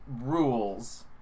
rules